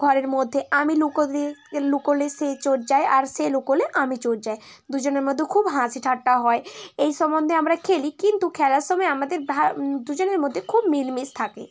ঘরের মধ্যে আমি লুকো দিই লুকোলে সে চোর যায় আর সে লুকোলে আমি চোর যাই দুজনের মধ্যে খুব হাসি ঠাট্টা হয় এই সম্বন্ধে আমরা খেলি কিন্তু খেলার সময় আমাদের ভা দুজনের মধ্যে খুব মিলমিশ থাকে